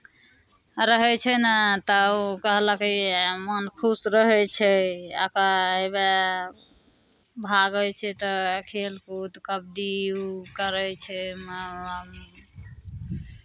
रहै छै ने तऽ ओ कहलकै मन खुश रहै छै ओकर हउएह भागै छै तऽ खेलकूद कबड्डी ओ करै छै वहाँ